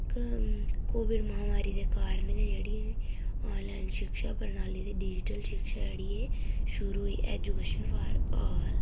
Covid महामारी दे कारण गै जेह्ड़ी आनलाइन शिक्षा प्रणाली ते डीजिटल शिक्षा जेह्ड़ी एह् शुरु होई ऐ ऐजूकेशन फार आल